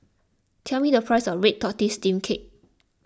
tell me the price of Red Tortoise Steamed Cake